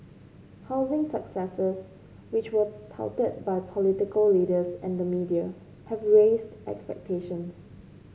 housing successes which were touted by political leaders and the media have raised expectations